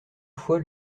fois